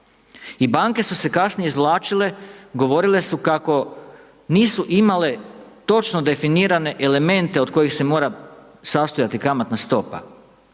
I banke su se kasnije izvlačile, govorile su kako nisu imale točno definirane elemente od kojih se mora sastojati kamatna stopa.